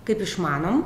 kaip išmanom